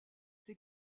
ces